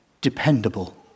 dependable